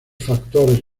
factores